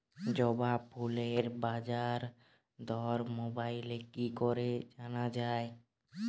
জবা ফুলের বাজার দর মোবাইলে কি করে জানা যায়?